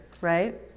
right